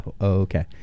okay